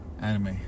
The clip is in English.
Anime